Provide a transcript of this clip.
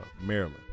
Maryland